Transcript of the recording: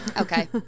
Okay